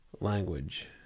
language